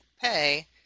pay